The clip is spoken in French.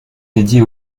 dédiés